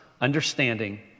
understanding